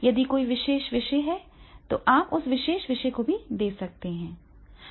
यदि कोई विशेष विषय है तो आप उस विशेष विषय को भी दे सकते हैं